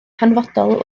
hanfodol